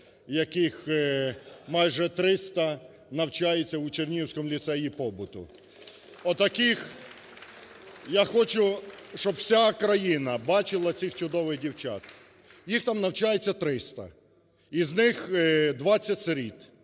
яких майже триста навчається в Чернігівському ліцеї побуту. Отаких, я хочу, щоб вся країна бачила цих чудових дівчат. Їх там навчається триста, із них двадцять